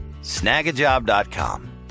Snagajob.com